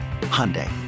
Hyundai